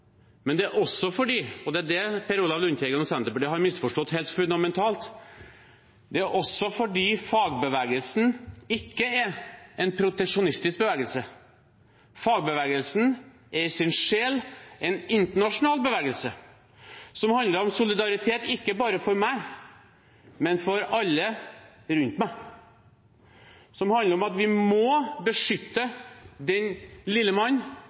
Men det er også fordi – og det er det Per Olaf Lundteigen og Senterpartiet har misforstått helt fundamentalt – fagbevegelsen ikke er en proteksjonistisk bevegelse. Fagbevegelsen er i sin sjel en internasjonal bevegelse som handler om solidaritet ikke bare for meg, men for alle rundt meg, og som handler om at vi må beskytte den